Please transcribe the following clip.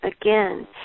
again